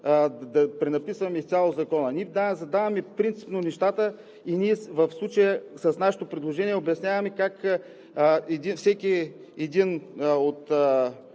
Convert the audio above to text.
да пренаписваме изцяло Закона. Ние задаваме принципно нещата и в случая с нашето предложение обясняваме как всяко едно от